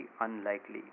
unlikely